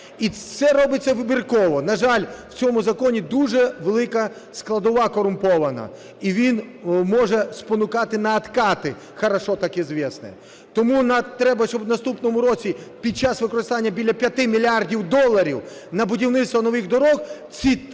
І це робиться вибірково. На жаль, в цьому законі дуже велика складова корумпована. І він може спонукати на откаты, хорошо так известные. Тому треба, щоб в наступному році під час використання біля 5 мільярдів доларів на будівництво нових доріг ці